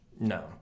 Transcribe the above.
No